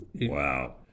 Wow